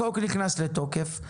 החוק נכנס לתוקף.